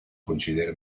considere